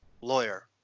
Lawyer